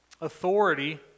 authority